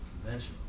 conventional